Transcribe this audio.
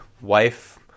wife